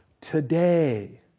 today